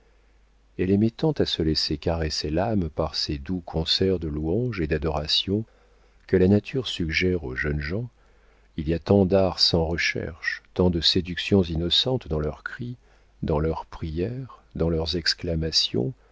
elle aimait tant à se laisser caresser l'âme par ces doux concerts de louanges et d'adorations que la nature suggère aux jeunes gens il y a tant d'art sans recherche tant de séductions innocentes dans leurs cris dans leurs prières dans leurs exclamations